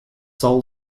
sol